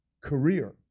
career